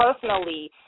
personally –